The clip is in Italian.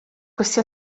questi